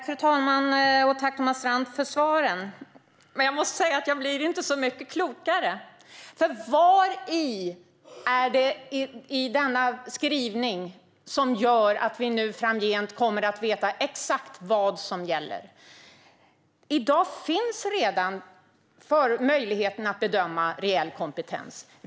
Fru talman! Tack, Thomas Strand, för svaren! Jag måste dock säga att jag inte blir särskilt mycket klokare. Vad i denna skrivning gör att vi framgent exakt kommer att veta vad som gäller? I dag finns redan en möjlighet att bedöma reell kompetens.